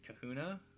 Kahuna